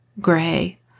gray